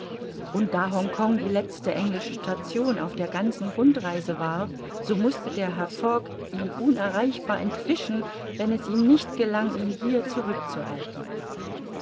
und da hongkong die letzte englische station auf der ganzen rundreise war so mußte der herr fogg ihm unerreichbar entwischen wenn es ihm nicht gelang ihn hier zurückzuhalten